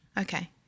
Okay